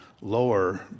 lower